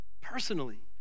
personally